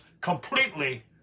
completely